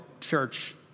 Church